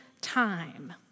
time